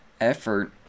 effort